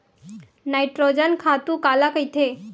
Nitrogen खातु काला कहिथे?